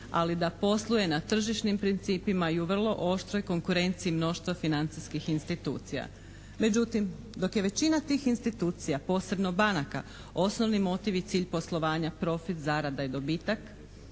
ali da posluje na tržišnim principima i u vrlo oštroj konkurenciji mnoštva financijskih institucija. Međutim, dok je većini tih institucija posebno banaka osnovni motiv i cilj poslovanja profit, zarada i dobitak,